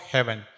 Heaven